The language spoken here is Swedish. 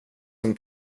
som